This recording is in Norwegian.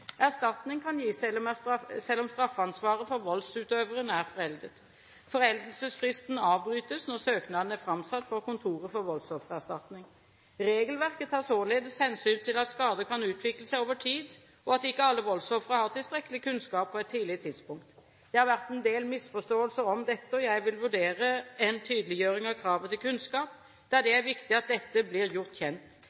Erstatning kan gis selv om straffansvaret for voldsutøveren er foreldet. Foreldelsesfristen avbrytes når søknaden er framsatt for Kontoret for voldsoffererstatning. Regelverket tar således hensyn til at skader kan utvikle seg over tid, og at ikke alle voldsofre har tilstrekkelig kunnskap på et tidlig tidspunkt. Det har vært en del misforståelser om dette, og jeg vil vurdere en tydeliggjøring av kravet til kunnskap, da det